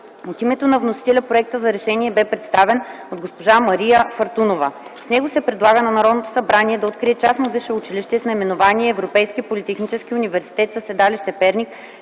От името на вносителя проектът за решение бе представен от госпожа Мария Фъртунова. С него се предлага на Народното събрание да открие частно висше училище с наименование „Европейски политехнически университет” със седалище Перник,